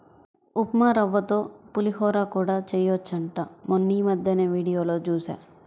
ఉప్మారవ్వతో పులిహోర కూడా చెయ్యొచ్చంట మొన్నీమద్దెనే వీడియోలో జూశా